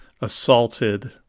assaulted